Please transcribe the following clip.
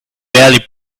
barely